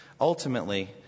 Ultimately